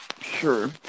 Sure